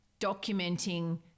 documenting